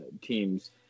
teams